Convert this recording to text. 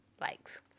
likes